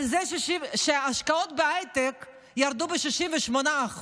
על זה שההשקעות בהייטק ירדו ב-68%,